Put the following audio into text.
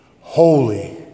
Holy